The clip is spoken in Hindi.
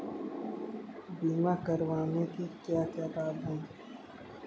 बीमा करवाने के क्या क्या लाभ हैं?